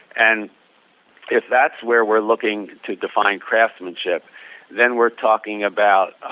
and if that's where we're looking to define craftsmanship then we're talking about, ah